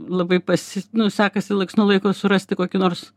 labai pasi nu sekasi laiks nuo laiko surasti kokį nors